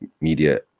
media